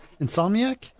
Insomniac